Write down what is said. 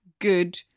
good